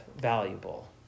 valuable